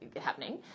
happening